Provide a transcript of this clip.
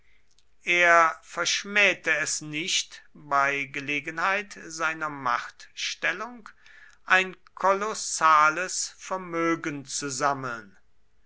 er verschmähte es nicht bei gelegenheit seiner machtstellung ein kolossales vermögen zu sammeln